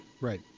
Right